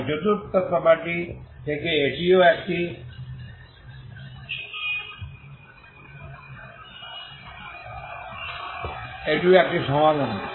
তাই চতুর্থ প্রপার্টি থেকে এটিও একটি সমাধান